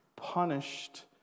punished